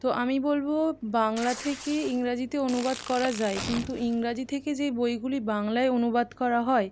তো আমি বলব বাংলা থেকে ইংরাজিতে অনুবাদ করা যায় কিন্তু ইংরাজি থেকে যে বইগুলি বাংলায় অনুবাদ করা হয়